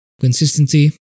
consistency